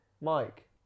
Mike